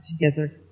together